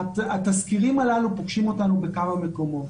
התזכירים הללו פוגשים אותנו בכמה מקומות.